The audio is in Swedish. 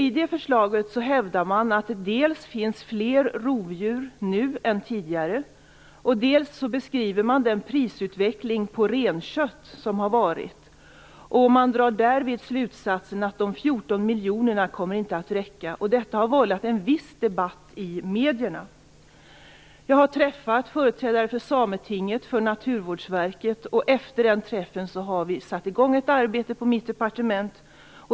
I det förslaget hävdar man att det finns fler rovdjur nu än tidigare. Man beskriver också prisutvecklingen på renkött, och drar därvid slutsatsen att de 14 miljonerna inte kommer att räcka. Detta har vållat en viss debatt i medierna. Jag har träffat företrädare för Sametinget och för Naturvårdsverket och vi har efter detta satt i igång med ett arbete på mitt departement.